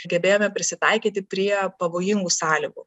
sugebėjome prisitaikyti prie pavojingų sąlygų